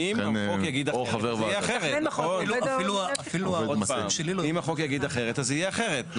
אם החוק יגיד אחרת, אז זה יהיה אחרת.